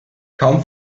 kaum